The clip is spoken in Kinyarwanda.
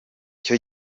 cyo